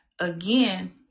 again